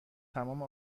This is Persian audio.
تمام